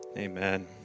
amen